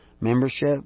membership